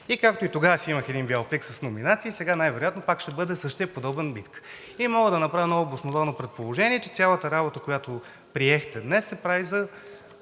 Както тогава си имах един бял плик с номинации, сега най-вероятно пак ще бъде същият плик. Мога да направя едно обосновано предположение, че цялата работа, която приехте днес, се прави за